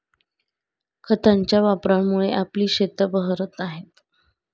खतांच्या वापरामुळे आपली शेतं बहरत आहेत